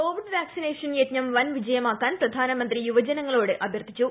Covid vaccination യജ്ഞം വൻ വിജയമാക്കാൻ പ്രധാനമന്ത്രി യുവജനങ്ങളോട് അഭ്യർത്ഥിച്ചു